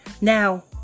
Now